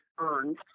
earned